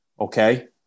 okay